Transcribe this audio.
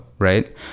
right